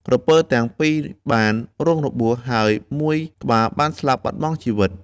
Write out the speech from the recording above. ក្រពើទាំងពីរបានរងរបួស ហើយមួយក្បាលបានស្លាប់បាត់បង់ជីវិត។